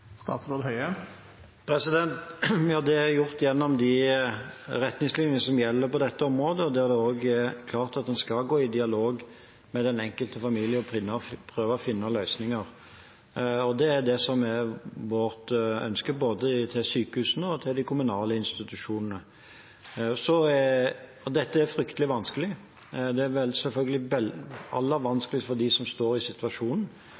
Det er gjort gjennom de retningslinjer som gjelder på dette området. Der er det også klart at man skal gå i dialog med den enkelte familie og prøve å finne løsninger. Det er det som er vårt ønske når det gjelder både sykehusene og de kommunale institusjonene. Dette er fryktelig vanskelig. Det er selvfølgelig aller vanskeligst for dem som står i situasjonen.